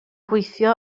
gweithio